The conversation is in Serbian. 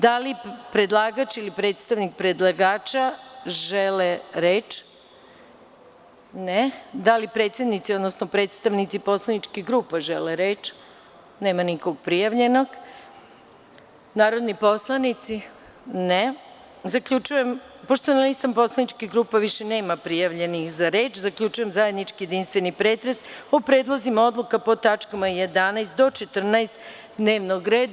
Da li predlagač ili predstavnik predlagača žele reč? (Ne.) Da li predsednici, odnosno predstavnici poslaničkih grupa žele reč? (Ne.) Narodni poslanici? (Ne.) Pošto na listama poslaničkih grupa više nema prijavljenih za reč, zaključujem zajednički jedinstveni pretres o predlozima odluka po tačkama 11. do 14 dnevnog reda.